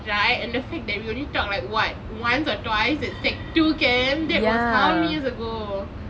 right and the fact that we only talk like what once or twice in secondary two camp that was how many years ago